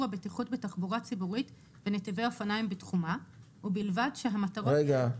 הבטיחות בתחבורה ציבורית ובנתיבי אופניים בתחומה ובלבד שהמטרות --- רגע,